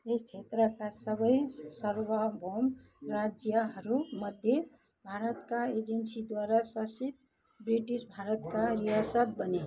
यस क्षेत्रका सबै सर्वभौम राज्यहरूमध्ये भारतका एजेन्सीद्वारा शासित ब्रिटिस भारतका रियासत बने